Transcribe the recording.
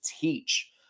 teach